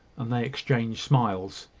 and they exchanged smiles.